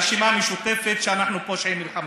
על אנשי הרשימה המשותפת, שאנחנו פושעי מלחמה.